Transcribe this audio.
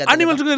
Animals